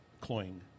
cloying